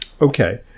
Okay